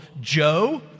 Joe